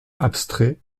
abstrait